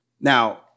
Now